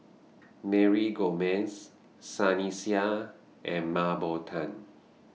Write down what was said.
Mary Gomes Sunny Sia and Mah Bow Tan